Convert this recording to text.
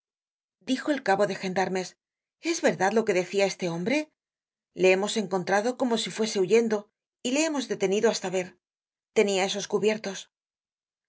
dijo el cabo de gendarmes es verdad lo que decia este hombre le hemos encontrado como si fuese huyendo y le hemos detenido hasta ver tenia esos cubiertos